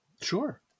Sure